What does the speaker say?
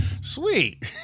sweet